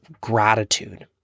gratitude